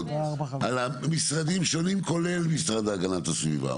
על המשרדים השונים כולל המשרד להגנת הסביבה,